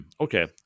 Okay